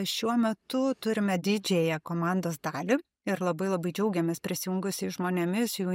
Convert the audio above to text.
šiuo metu turime didžiąją komandos dalį ir labai labai džiaugiamės prisijungusiais žmonėmis jų